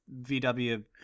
VW